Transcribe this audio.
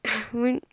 ونۍ